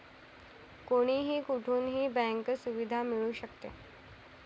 कोणीही कुठूनही बँक सुविधा मिळू शकते